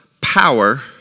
power